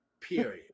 Period